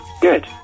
Good